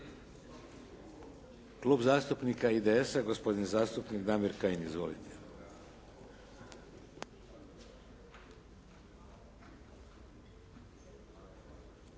Klub zastupnika IDS-a, gospodin zastupnik Damir Kajin. Izvolite.